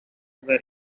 were